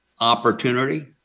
opportunity